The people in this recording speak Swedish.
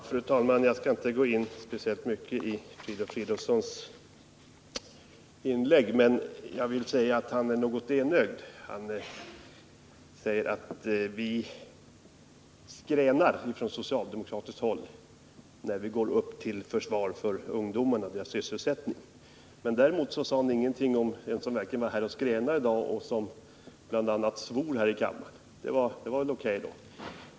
Fru talman! Jag skall inte gå in speciellt mycket på Filip Fridolfssons inlägg, men jag vill säga att han ser något enögt på frågan när han säger att vi socialdemokrater skränar, då vi går upp till försvar för ungdomarna och deras sysselsättning. Däremot sade han ingenting om en som verkligen var här och skränade i dag och som bl.a. svor i kammaren. Det var väl o. k. då.